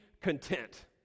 content